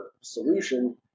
solution